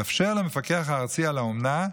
לאפשר למפקח הארצי על האומנה,